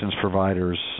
providers